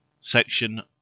Section